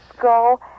go